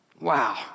Wow